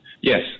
Yes